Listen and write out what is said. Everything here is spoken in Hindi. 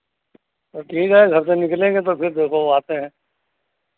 तो ठीक है घर से निकलेंगे तो फिर देखो आते हैं